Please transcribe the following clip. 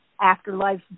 afterlife